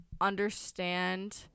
understand